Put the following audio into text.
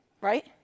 right